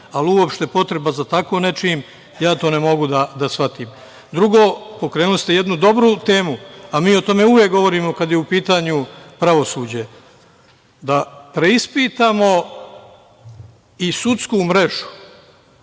ali uopšte potreba za tako nečim, to ne mogu da shvatim. Drugo, pokrenuli ste jednu dobru temu, a mi o tome uvek govorimo, kada je u pitanju pravosuđe, da preispitamo i sudsku mrežu.